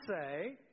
say